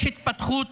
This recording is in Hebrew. יש התפתחות